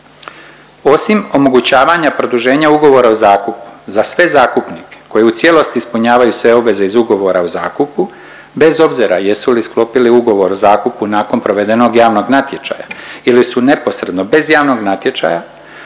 Osim omogućavanja produženja ugovora o zakupu za sve zakupnike koji u cijelosti ispunjavaju sve obveze iz ugovora o zakupu, bez obzira jesu li sklopili ugovor o zakupu nakon provedenog javnog natječaja ili su neposredno bez javnog natječaja,